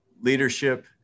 leadership